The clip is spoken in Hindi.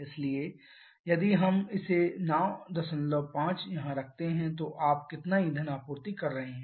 इसलिए यदि हम इसे 95 यहाँ रखते हैं तो आप कितना ईंधन आपूर्ति कर रहे हैं